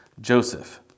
Joseph